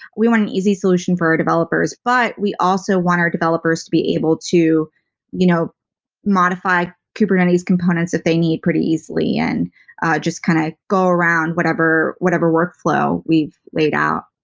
we want an easy solution for our developers, but we also want our developers to be able to you know modify kubernetes components if they need pretty easily and just kind of go around whatever whatever workflow we've laid out.